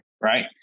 right